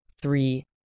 three